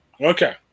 Okay